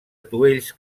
atuells